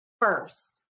first